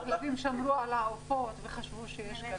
הכלבים שמרו על העופות אז חשבו שזה קשור.